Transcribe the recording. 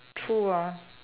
true ah